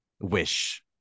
wish